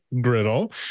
griddle